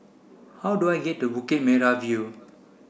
how do I get to Bukit Merah View